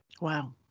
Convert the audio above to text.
Wow